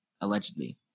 allegedly